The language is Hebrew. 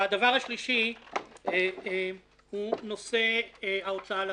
הדבר השלישי הוא נושא ההוצאה לפועל,